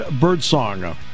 Birdsong